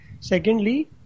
Secondly